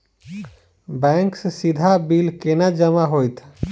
Bank सँ सीधा bill केना जमा होइत?